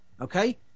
Okay